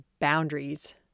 boundaries